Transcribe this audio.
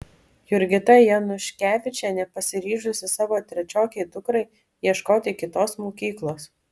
jurgita januškevičienė pasiryžusi savo trečiokei dukrai ieškoti kitos mokyklos